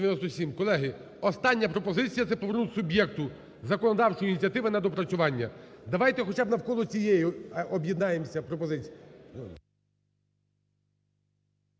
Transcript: Колеги, остання пропозиція – це повернути суб'єкту законодавчої ініціативи на доопрацювання. Давайте хоча б навколо цієї об'єднаємось пропозиції.